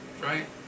Right